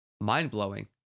mind-blowing